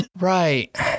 Right